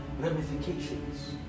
ramifications